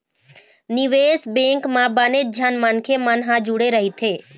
निवेश बेंक म बनेच झन मनखे मन ह जुड़े रहिथे